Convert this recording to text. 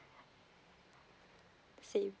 same